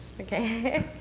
Okay